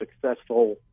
successful